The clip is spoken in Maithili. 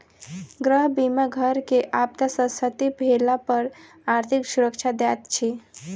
गृह बीमा घर के आपदा सॅ क्षति भेला पर आर्थिक सुरक्षा दैत अछि